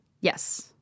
Yes